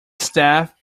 staff